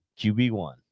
QB1